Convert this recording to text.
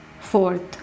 Fourth